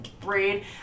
braid